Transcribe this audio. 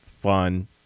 fun